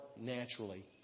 naturally